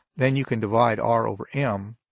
then you can divide r over m